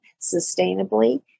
sustainably